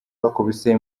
bakubise